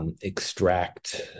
Extract